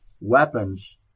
weapons